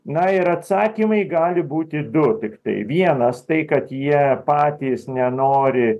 na ir atsakymai gali būti du tiktai vienas tai kad jie patys nenori